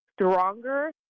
stronger